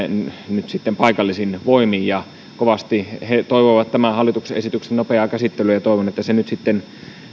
nyt sitten paikallisin voimin ja kovasti he toivovat tämän hallituksen esityksen nopeaa käsittelyä ja toivon että se nyt sitten